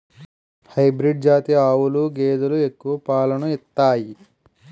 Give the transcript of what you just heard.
hybrid జాతి ఆవులు గేదెలు ఎక్కువ పాలను ఇత్తాయి